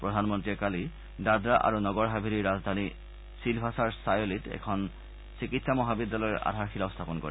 প্ৰধানমন্ত্ৰীয়ে কালি দাদৰা আৰু নগৰ হাভেলীৰ ৰাজধানী ছিলভাছাৰ ছায়লিত এখন চিকিৎসা মহাবিদ্যালয়ৰ আধাৰশিলাও স্থাপন কৰে